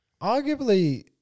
arguably